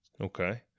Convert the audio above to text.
Okay